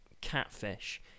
catfish